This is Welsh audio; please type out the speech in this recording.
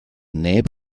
neb